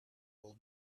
will